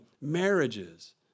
marriages